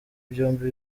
byombi